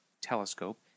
telescope